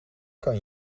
kan